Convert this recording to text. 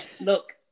look